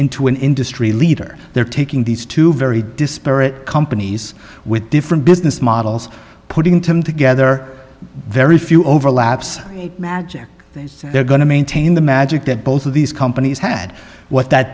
into an industry leader they're taking these two very disparate companies with different business models putting together very few overlaps magic they say they're going to maintain the magic that both of these companies had what that